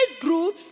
grew